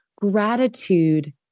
gratitude